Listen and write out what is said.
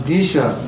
Disha